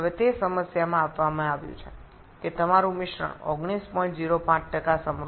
এখন সমস্যাটিতে এটি দেওয়া হয়েছে যে আপনার মিশ্রণটি ১৯০৫ সমৃদ্ধ